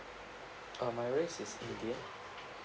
uh my race is indian